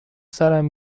سرم